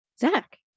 Zach